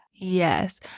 Yes